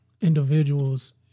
individuals